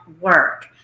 work